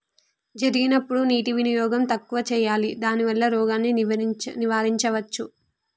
జరిగినప్పుడు నీటి వినియోగం తక్కువ చేయాలి దానివల్ల రోగాన్ని నివారించవచ్చా?